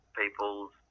people's